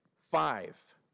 Five